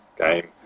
game